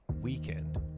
weekend